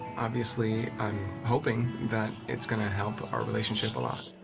obviously, i'm hoping that it's gonna help our relationship a lot.